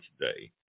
today